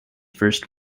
first